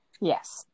Yes